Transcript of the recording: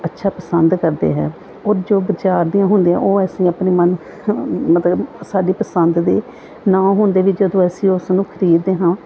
ਅੱਛਾ ਪਸੰਦ ਕਰਦੇ ਹੈ ਉਹ ਜੋ ਬਾਜ਼ਾਰ ਦੀਆਂ ਹੁੰਦੀਆਂ ਉਹ ਅਸੀਂ ਆਪਣੇ ਮਨ ਮਤਲਬ ਸਾਡੀ ਪਸੰਦ ਦੇ ਨਾ ਹੋਣ ਦੇ ਵੀ ਜਦੋਂ ਅਸੀਂ ਉਸ ਨੂੰ ਖਰੀਦਦੇ ਹਾਂ